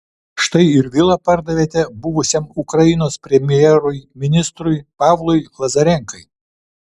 štai ir vilą pardavėte buvusiam ukrainos premjerui ministrui pavlui lazarenkai